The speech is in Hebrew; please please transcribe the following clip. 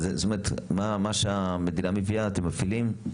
זאת אומרת, מה שהמדינה מביאה אתם מפעילים?